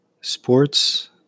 Sports